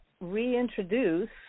reintroduce